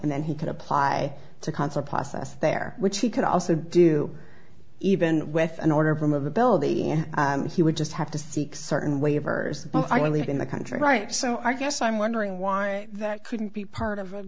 and then he could apply to consul process there which he could also do even with an order from ability and and he would just have to seek certain waivers i believe in the country right so i guess i'm wondering why that couldn't be part of